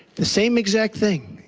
the same exact thing.